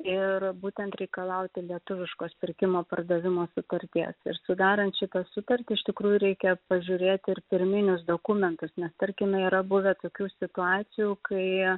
ir būtent reikalauti lietuviškos pirkimo pardavimo sutarties ir sudarant šitą sutartį iš tikrųjų reikia pažiūrėti ir pirminius dokumentus nes tarkime yra buvę tokių situacijų kai